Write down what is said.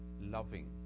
loving